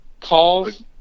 calls